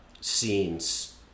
scenes